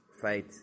fight